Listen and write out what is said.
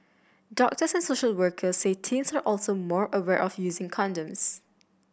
doctors and social workers say teens are also more aware of using condoms